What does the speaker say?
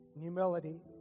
humility